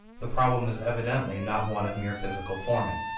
the problem is evidently not one of mere physical forming.